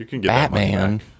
Batman